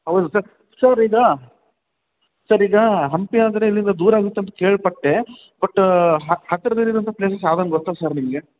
ಹೌದು sir sir ಈಗ sir ಈಗ ಹಂಪಿ ಅಂದರೆ ಇಲ್ಲಿಂದ ದೂರ ಆಗುತ್ತೆ ಅಂತ ಕೇಳ್ಪಟ್ಟೆ ಬಟ್ಟು ಹತ್ತಿರದಲ್ಲಿರುವಂಥ ಪ್ಲೇಸಸ್ ಯಾವ್ದಾರ ಗೊತ್ತಾ ಸರ್ ನಿಮಗೆ